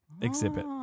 exhibit